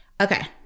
Okay